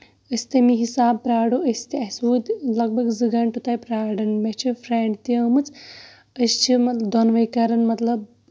أسۍ تَمہِ حِسابہٕ پیارو أسۍ تہٕ اَسہِ وٲتۍ لگ بگ زٕ گَنٹہٕ تۄہہِ پیارُن مےٚ چھُ فرینڈ تہِ آمُت أسۍ چھِ دۄنوٕے کران مطلب